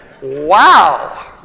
Wow